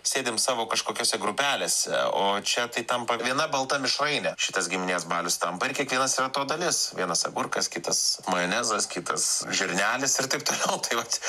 sėdim savo kažkokiose grupelėse o čia tai tampa viena balta mišraine šitas giminės balius tampa ir kiekvienas yra to dalis vienas agurkas kitas majonezas kitas žirnelis ir taip toliau tai vat